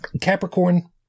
Capricorn